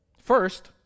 First